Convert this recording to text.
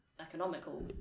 economical